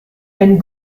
ein